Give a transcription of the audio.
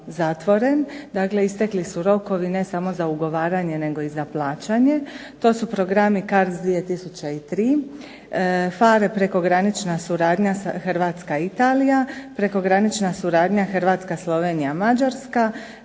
Dakle, istekli su rokovi ne samo za ugovaranje, nego i za plaćanje. To su programi CARDS 2003, PHARE prekogranična suradnja Hrvatska-Italija, prekogranična suradnja Hrvatska-Slovenija-Mađarska,